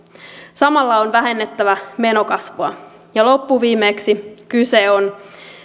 samalla on vähennettävä menokasvua ja loppuviimeksi kyse on